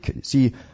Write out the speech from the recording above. See